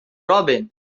robin